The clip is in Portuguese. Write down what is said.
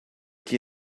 que